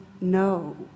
no